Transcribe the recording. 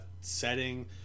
setting